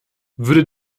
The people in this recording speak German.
würde